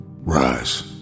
rise